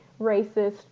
racist